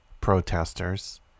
protesters